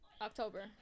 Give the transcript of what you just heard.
october